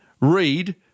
read